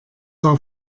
war